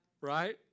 right